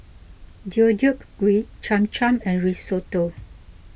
Deodeok Gui Cham Cham and Risotto